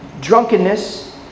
drunkenness